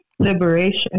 liberation